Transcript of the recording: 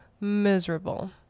miserable